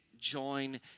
join